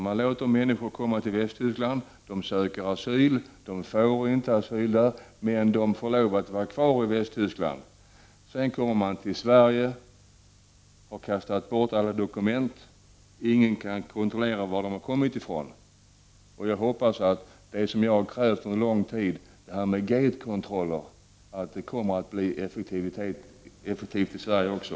Man låter människor komma till Västtyskland där de söker asyl. De får inte asyl där, men de får lov att vara kvar i Västtyskland. Sedan kommer människor till Sverige som har kastat bort alla dokument, och ingen kan kontrollera varifrån de har kommit. Jag hoppas att det som jag krävt under lång tid, nämligen gate-kontroller, kommer att bli ett effektivt medel också i Sverige. Herr talman!